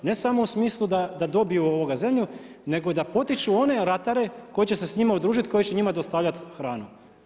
Ne samo u smislu da dobiju zemlju, nego da i potiču one ratare, koji će se s njima udružiti, koji će njima dostavljati hranu.